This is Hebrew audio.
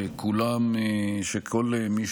שכל מי